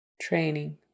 Training